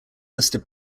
listed